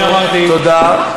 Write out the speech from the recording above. אני אמרתי, תודה.